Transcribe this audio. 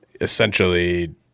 essentially